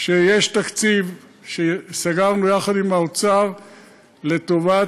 שיש תקציב שסגרנו יחד עם האוצר לטובת